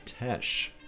Tesh